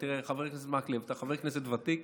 תראה, חבר הכנסת מקלב, אתה חבר כנסת ותיק,